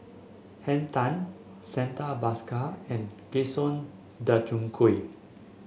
Henn Tan Santha Bhaskar and Gaston Dutronquoy